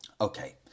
Okay